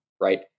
right